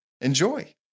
Enjoy